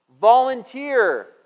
Volunteer